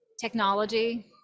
technology